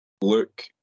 Luke